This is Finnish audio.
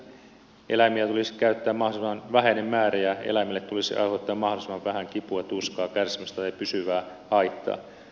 eläimiä tulisi käyttää mahdollisimman vähäinen määrä ja eläimille tulisi aiheuttaa mahdollisimman vähän kipua tuskaa kärsimystä tai pysyvää haittaa